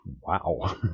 wow